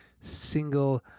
single